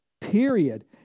period